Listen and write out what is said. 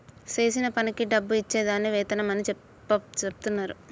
చేసిన పనికి డబ్బు ఇచ్చే దాన్ని వేతనం అని చెచెప్తున్నరు